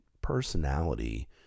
personality